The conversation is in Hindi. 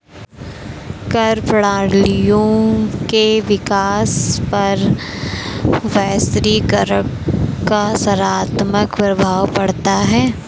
कर प्रणालियों के विकास पर वैश्वीकरण का सकारात्मक प्रभाव पढ़ता है